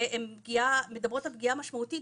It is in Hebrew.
והן מדברות על פגיעה משמעותית,